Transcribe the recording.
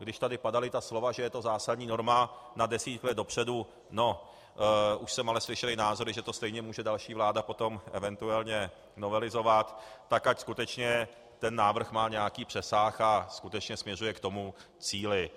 když tady padala ta slova, že je to zásadní norma na desítky let dopředu no, už jsem ale slyšel i názory, že to stejně může další vláda potom eventuálně novelizovat, tak ať skutečně ten návrh má nějaký přesah a skutečně směřuje k tomu cíli.